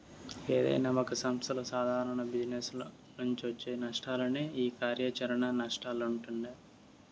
ఏదైనా ఒక సంస్థల సాదారణ జిజినెస్ల నుంచొచ్చే నష్టాలనే ఈ కార్యాచరణ నష్టాలంటుండె